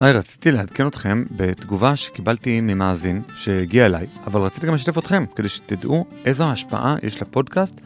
היי, רציתי לעדכן אתכם בתגובה שקיבלתי ממאזין שהגיע אליי, אבל רציתי גם לשתף אתכם כדי שתדעו איזו ההשפעה יש לפודקאסט.